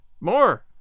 More